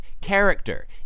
character